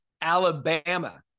Alabama